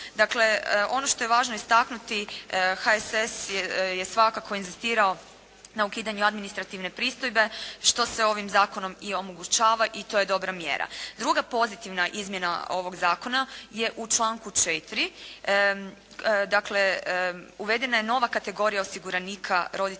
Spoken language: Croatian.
Dakle ono što je važno istaknuti HSS je svakako inzistirao na ukidanju administrativne pristojbe što se ovim zakonom i omogućava i to je dobra mjera. Druga pozitivna izmjena ovog zakona je u članku 4. dakle uvedena je nova kategorija osiguranika roditelja